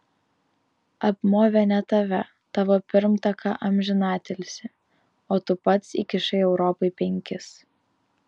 apmovė ne tave tavo pirmtaką amžinatilsį o tu pats įkišai europai penkis